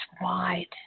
wide